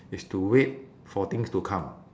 is to wait for things to come